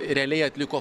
realiai atliko